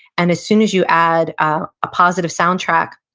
and as soon as you add a positive soundtrack,